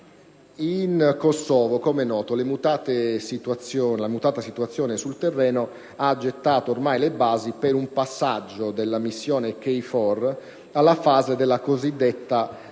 In Kosovo, com'è noto, la mutata situazione sul terreno ha gettato ormai le basi per un passaggio della missione KFOR alla fase della cosiddetta *deterrence*